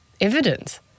evidence